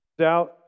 out